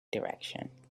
direction